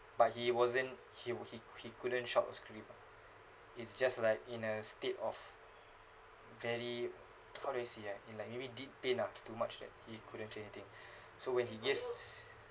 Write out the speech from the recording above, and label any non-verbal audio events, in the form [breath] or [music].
but he wasn't he wa~ he he couldn't shout or scream ah it's just like in a state of very how do I say ah in like maybe deep pain lah too much that he couldn't say anything [breath] so when he gives